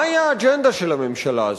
מהי האג'נדה של הממשלה הזאת?